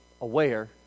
aware